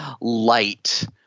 light